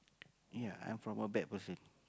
ya I'm from a bad person